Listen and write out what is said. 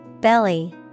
Belly